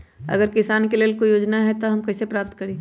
अगर किसान के लेल कोई योजना है त हम कईसे प्राप्त करी?